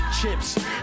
chips